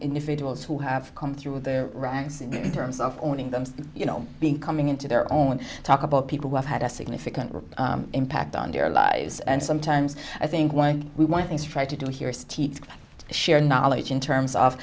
individuals who have come through their ranks in terms of owning them you know being coming into their own talk about people who have had a significant or impact on their lives and sometimes i think why we want things to try to do here is teach share knowledge in terms of